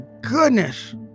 goodness